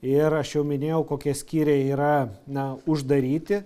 ir aš jau minėjau kokie skyriai yra na uždaryti